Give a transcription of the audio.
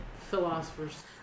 philosophers